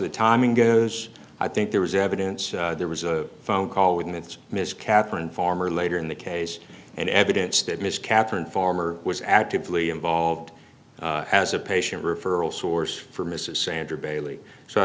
the timing goes i think there was evidence there was a phone call wouldn't miss katherine farmer later in the case and evidence that ms catherine farmer was actively involved as a patient referral source for mrs sandra bailey so i